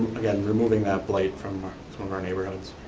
again, removing that blade from our sort of our neighborhoods.